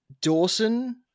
Dawson